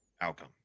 outcome